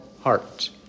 heart